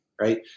right